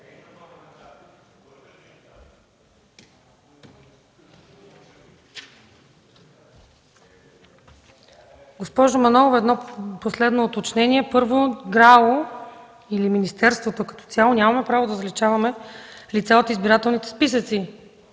Госпожо Манолова, едно последно уточнение. Първо, ГРАО или министерството като цяло, нямаме право да заличаваме лица от избирателните списъци.